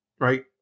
right